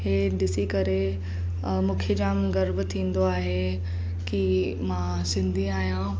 इहे ॾिसी करे मूंखे जाम गर्व थींदो आहे की मां सिंधी आहियां